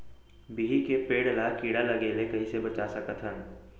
बिही के पेड़ ला कीड़ा लगे ले कइसे बचा सकथन?